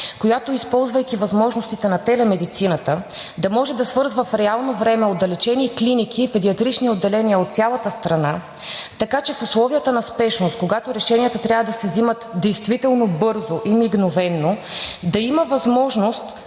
възможностите на телемедицината, да може да свързва в реално време отдалечени клиники, педиатрични отделения от цялата страна, така че в условията на спешност, когато решенията трябва да се взимат действително бързо и мигновено, да има възможност адекватно и